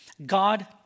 God